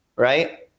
right